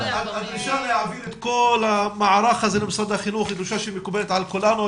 הדרישה להעביר את כל המערך הזה למשרד החינוך היא דרישה מקובלת על כולנו.